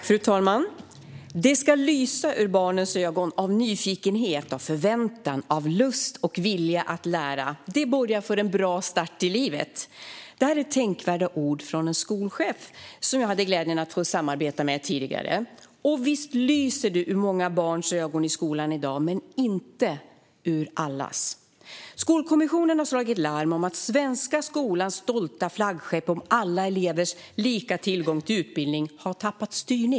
Fru talman! Det ska lysa ur barnens ögon, av nyfikenhet, av förväntan, av lust och vilja att lära. Det borgar för en bra start i livet. Detta är tänkvärda ord från en skolchef som jag hade glädjen att få samarbeta med tidigare. Och visst lyser det ur många barns ögon i skolan i dag, men inte ur allas. Skolkommissionen har slagit larm om att den svenska skolans stolta flaggskepp om alla elevers lika tillgång till utbildning har tappat styrning.